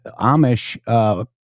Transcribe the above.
Amish